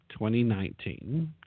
2019